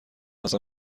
ازم